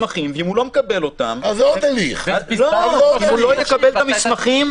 אולי נוטה יותר למבחן התזרימי ולא למבחן המאזני.